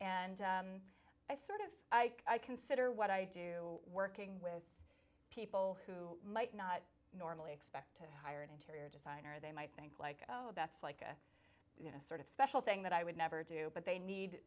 and i sort of i consider what i do working with people who might not normally expect to hire an interior designer or they might think like oh that's like a sort of special thing that i would never do but they need